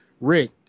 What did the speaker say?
Rick